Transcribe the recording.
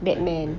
batman